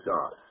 God